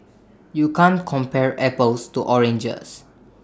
you can't compare apples to oranges